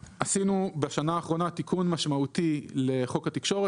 בשנה האחרונה עשינו תיקון משמעותי לחוק התקשורת